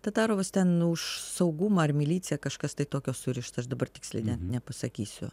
tatarovas ten už saugumą ar miliciją kažkas tai tokio surišta aš dabar tiksliai nepasakysiu